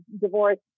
divorce